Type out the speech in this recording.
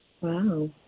Wow